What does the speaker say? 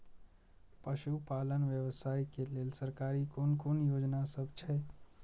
पशु पालन व्यवसाय के लेल सरकारी कुन कुन योजना सब छै?